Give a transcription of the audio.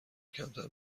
کمتر